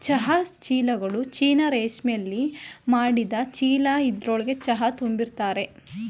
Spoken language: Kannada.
ಚಹಾ ಚೀಲ್ಗಳು ಚೀನಾ ರೇಶ್ಮೆಲಿ ಮಾಡಿದ್ ಚೀಲ ಇದ್ರೊಳ್ಗೆ ಚಹಾ ತುಂಬಿರ್ತರೆ